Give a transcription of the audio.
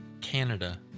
Canada